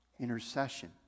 intercession